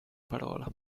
parola